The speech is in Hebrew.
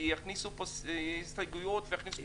כי יכניסו פה הסתייגויות ויכניסו פה שינויים.